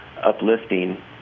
uplifting